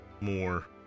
more